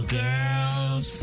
girls